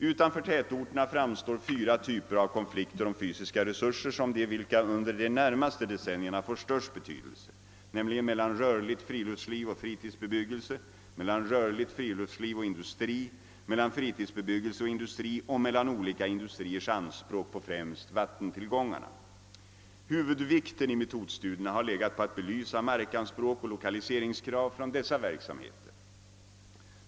Utanför tätorterna framstår fyra typer av konflikter om fysiska resurser som de vilka under de närmaste decennierna får den största betydelsen, nämligen mellan rörligt friluftsliv och fritidsbebyggelse, mellan rörligt friluftsliv och industri, mellan fritidsbebyggelse och industri och mellan olika industriers anspråk på främst vattentillgångarna. Huvudvikten i metodstudierna har legat på att belysa markanspråk och lokaliseringskrav från dessa verksamheter.